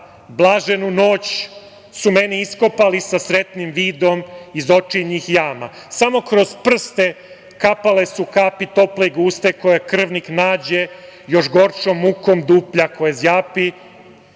blaženu noć su u meni iskopali sa sretnim vidom iz očinjih jama. Samo kroz prste kapale su kapi tople i guste koje krvnik nađe još gorčom mukom duplja koja zjapi